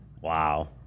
Wow